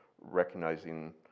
recognizing